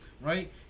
right